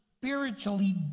spiritually